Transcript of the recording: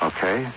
Okay